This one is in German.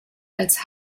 als